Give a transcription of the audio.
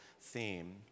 theme